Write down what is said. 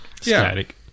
static